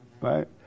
right